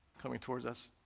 coming towards us,